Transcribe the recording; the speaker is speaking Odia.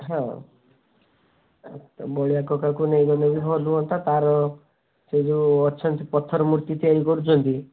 ହଁ ବଳିଆ କକାଙ୍କୁ ନେଇଗଲେ ବି ଭଲ ହୁଅନ୍ତା ତା'ର ସେହି ଯେଉଁ ଅଛନ୍ତି ପଥର ମୂର୍ତ୍ତି ତିଆରି କରୁଛନ୍ତି